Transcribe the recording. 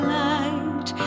light